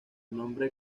nombre